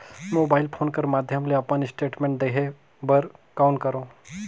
Mobile phone कर माध्यम ले अपन स्टेटमेंट देखे बर कौन करों?